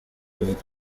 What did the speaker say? stellt